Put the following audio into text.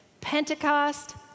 Pentecost